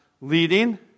leading